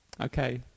Okay